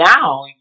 now